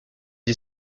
est